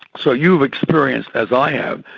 so you've experienced, as i have,